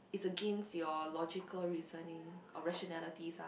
it's against your logical reasoning or rationalities ah